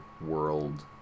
world